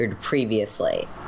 previously